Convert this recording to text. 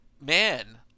Man